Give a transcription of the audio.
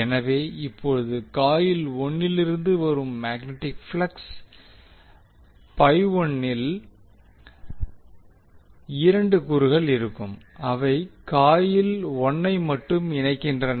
எனவே இப்போது காயில் 1 இலிருந்து வரும் மேக்னெட்டிக் ப்ளக்ஸ் இல் 2 கூறுகள் இருக்கும் அவை காயில் 1 ஐ மட்டும் இணைக்கின்றன